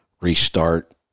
restart